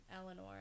Eleanor